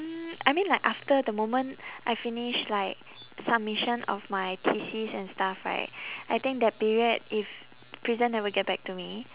mm I mean like after the moment I finish like submission of my thesis and stuff right I think that period if prison never get back to me